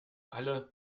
alle